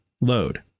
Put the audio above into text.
load